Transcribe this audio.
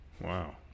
Wow